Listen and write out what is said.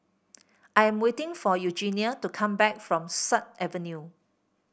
I am waiting for Eugenia to come back from Sut Avenue